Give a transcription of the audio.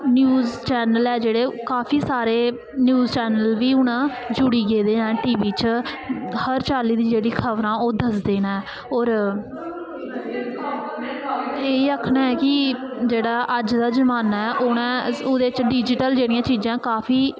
news channel ऐ जेह्ड़े ओह् काफी सारे न्यूज़ चैनल बी हून जुड़ी गेदे ऐं टी वी च हर चाल्ली दी जेह्ड़ी खबरां ओह् दसदे न होर एह् आखना ऐ कि जेह्ड़ा अज्ज दा जमाना ऐ ओह्दे च डिजिटल जेह्ड़ी चीज़ां डिजिटल